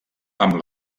amb